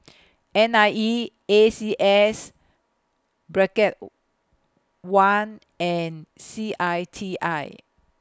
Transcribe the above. N I E A C S bracket one and C I T I